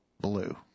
blue